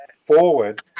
forward